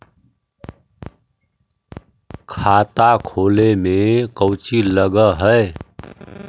खाता खोले में कौचि लग है?